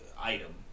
item